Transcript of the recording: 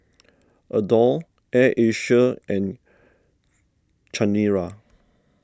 Adore Air Asia and Chanira